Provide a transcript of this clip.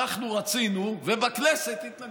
אנחנו רצינו ובכנסת התנגדו.